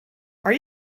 are